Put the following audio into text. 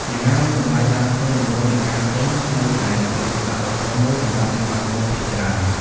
យ៉ាងណាមិញ តម្លៃដើមទុនដំបូងនៃការទិញ នៅតែជាឧបសគ្គដ៏ធំមួយសម្រាប់អ្នកបើកបរភាគច្រើន។